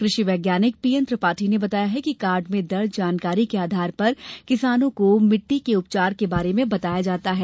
कृषि वैज्ञानिक पीएन त्रिपाठी ने बताया कि कार्ड में दर्ज जानकारी के आधार पर किसानो को मिट्टी के उपचार के बारे में बताया जाता है